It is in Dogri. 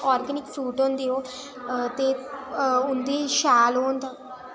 आर्गैनिक फरूट होंदे ओ ते उं'दे शैल ओह् होंदा